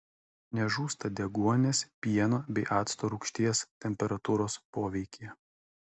nežūsta deguonies pieno bei acto rūgšties temperatūros poveikyje